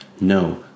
no